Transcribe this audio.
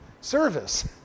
service